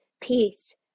peace